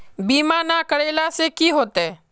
बीमा ना करेला से की होते?